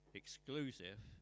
exclusive